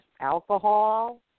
alcohol